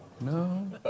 no